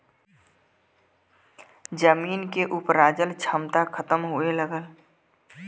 जमीन के उपराजल क्षमता खतम होए लगल